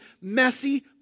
messy